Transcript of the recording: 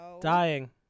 dying